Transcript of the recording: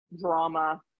drama